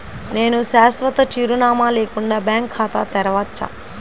నేను శాశ్వత చిరునామా లేకుండా బ్యాంక్ ఖాతా తెరవచ్చా?